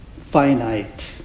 finite